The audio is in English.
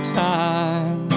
time